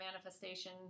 manifestation